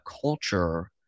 culture